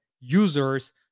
users